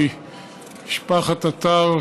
כי משפחת עטר,